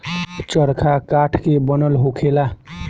चरखा काठ के बनल होखेला